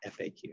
FAQ